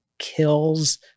Kills